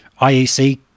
IEC